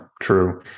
true